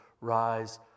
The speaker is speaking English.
Rise